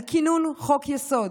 על כינון חוק-יסוד: